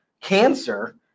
cancer